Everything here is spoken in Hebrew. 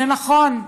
זה נכון,